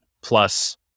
plus